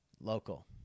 local